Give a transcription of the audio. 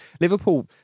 Liverpool